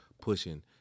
pushing